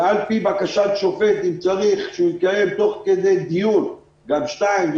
ועל פי בקשת שופט אם צריך שהוא יקיים תוך כדי דיון גם שתיים,